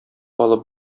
алып